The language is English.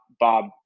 Bob